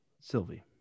Sylvie